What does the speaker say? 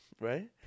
right